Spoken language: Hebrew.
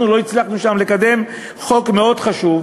אנחנו לא הצלחנו שם לקדם חוק מאוד חשוב,